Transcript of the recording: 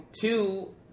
two